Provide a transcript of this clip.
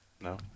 No